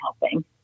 helping